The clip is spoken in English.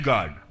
God